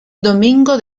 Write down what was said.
domingo